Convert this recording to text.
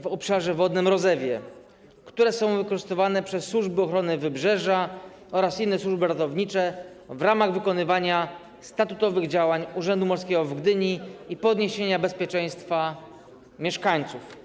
w obszarze wodnym Rozewie, które są wykorzystywane przez służby ochrony wybrzeża oraz inne służby ratownicze w ramach wykonywania statutowych działań Urzędu Morskiego w Gdyni i podniesienia bezpieczeństwa mieszkańców.